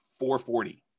440